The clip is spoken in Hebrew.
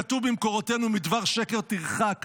כתוב במקורותינו "מדבר שקר תרחק",